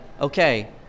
okay